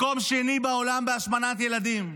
מקום שני בעולם בהשמנת ילדים.